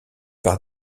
par